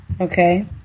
Okay